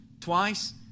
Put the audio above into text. twice